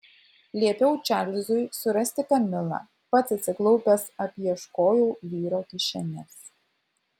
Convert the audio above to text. liepiau čarlzui surasti kamilą pats atsiklaupęs apieškojau vyro kišenes